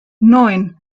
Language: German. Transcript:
neun